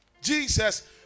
Jesus